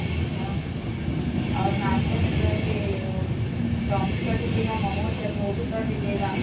अच्छा और नाश्ते में तो है कि वो चाउमीन कर दीजिएगा मोमोज़ हैं तो वो भी कर दीजिएगा